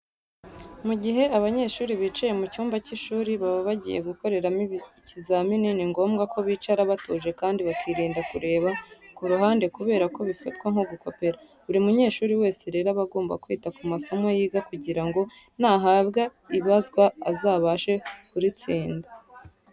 Mu gihe abanyeshuri bicaye mu cyumba cy'ishuri baba bagiye gukoreramo ikizamini, ni ngombwa ko bicara batuje kandi bakirinda kureba ku ruhande kubera ko bifatwa nko gukopera. Buri munyeshuri wese rero aba agomba kwita ku masomo yiga kugira ngo nahabwa ibazwa azabashe kuritsinda.